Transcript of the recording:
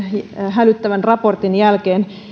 hälyttävän raportin jälkeen